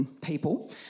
people